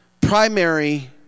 primary